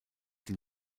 die